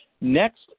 Next